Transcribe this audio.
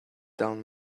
down